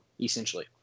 essentially